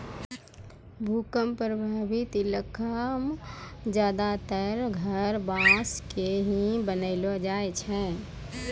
भूकंप प्रभावित इलाका मॅ ज्यादातर घर बांस के ही बनैलो जाय छै